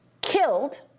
killed